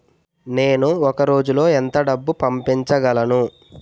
నేను ఒక రోజులో ఎంత డబ్బు పంపించగలను?